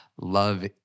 love